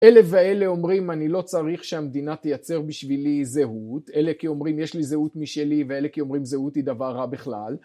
אלה ואלה אומרים אני לא צריך שהמדינה תייצר בשבילי זהות, אלה כי אומרים יש לי זהות משלי ואלה כי אומרים זהות היא דבר רע בכלל